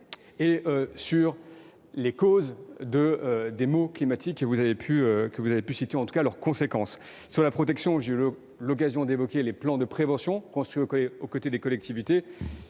et sur les causes des maux climatiques que vous avez pu citer, tout comme sur leurs conséquences. Concernant la protection, j'ai eu l'occasion d'évoquer les plans de prévention construits avec les collectivités,